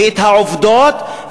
ואת העובדות,